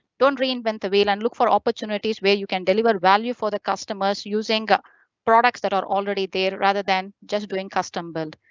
don't reinvent the wheel and look for opportunities where you can deliver value for the customers using products that are already there rather than just doing custom build.